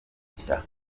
nshya